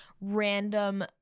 random